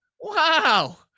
wow